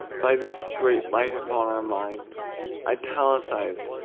by this great light upon our minds italicized,